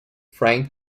frank